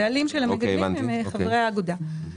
הבעלים הם המגדלים והם חברי האגודה.